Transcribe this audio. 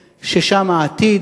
הגז?